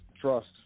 trust